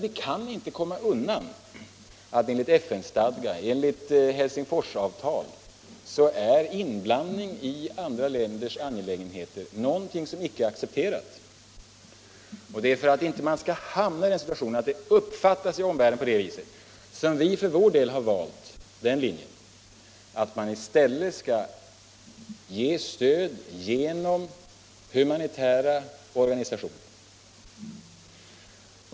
Det är nämligen ovedersägligt att enligt FN-stadgan och Helsingforsavtalet är en inblandning i andra länders angelägenheter någonting som icke accepteras. Det är för att man inte skall hamna i den situationen att omvärlden uppfattar det så som vi för vår del har valt den linjen att man i stället skall ge stöd genom humanitära organisationer.